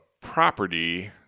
property